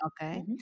okay